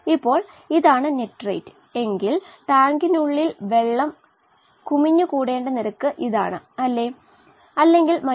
നമ്മൾ എന്ത്കൊണ്ട് ഇതിൽ താൽപ്പര്യം കാണിക്കുന്നു DO എന്നത് മാധ്യമത്തിൽ ഓക്സിജൻ കുമിഞ്ഞുകൂടുന്ന അളവ് മാത്രമാണ്